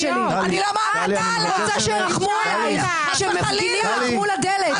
את רוצה שירחמו עליך שמפגינים לך מול הדלת.